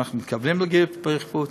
ואנחנו מתכוונים להגיב בחריפות,